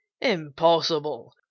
Impossible